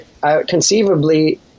conceivably